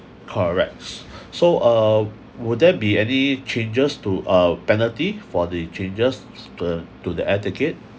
correct so uh will that be any changes to uh penalty for the changes the to the air ticket